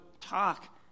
talk